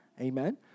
Amen